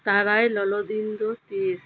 ᱛᱟᱨᱟᱭ ᱞᱚᱞᱚ ᱫᱤᱱ ᱫᱚ ᱛᱤᱥ